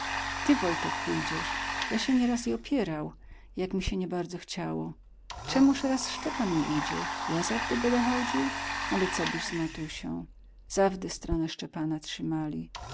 ty wojtek pójdziesz ja sie nieraz i opierał jak mi sie niebardzo chciało czemu raz szczepan nie idzie ja zawdy bedę chodził ale cobyś z matusią zawdy stronę szczepana trzymali